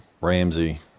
Ramsey